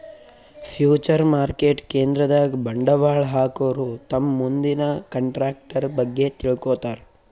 future market ಕೇಂದ್ರದಾಗ್ ಬಂಡವಾಳ್ ಹಾಕೋರು ತಮ್ ಮುಂದಿನ ಕಂಟ್ರಾಕ್ಟರ್ ಬಗ್ಗೆ ತಿಳ್ಕೋತಾರ್